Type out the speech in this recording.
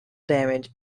damage